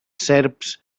serps